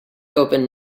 open